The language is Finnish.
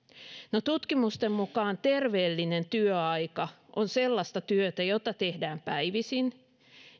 no tutkimusten mukaan terveellinen työaika on sellaista työtä jota tehdään päivisin